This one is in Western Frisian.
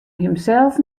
himsels